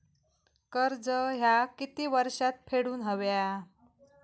कर्ज ह्या किती वर्षात फेडून हव्या?